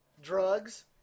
Drugs